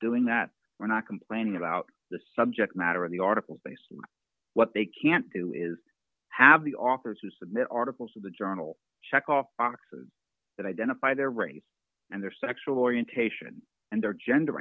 doing that we're not complaining about the subject matter of the articles they say what they can't do is have the authors who submit articles in the journal check off oxes that identify their race and their sexual orientation and their gender